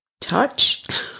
touch